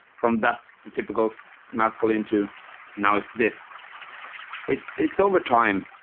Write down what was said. from that's the typical maskell into now. it's this it's it's over time.